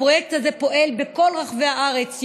הפרויקט הזה פועל בכל רחבי הארץ,